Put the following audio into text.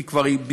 כי כבר ביקשו